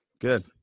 good